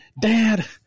Dad